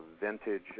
vintage